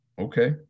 Okay